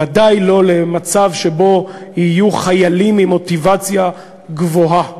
וודאי לא למצב שבו יהיו חיילים עם מוטיבציה גבוהה.